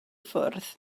ffwrdd